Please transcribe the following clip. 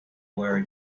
were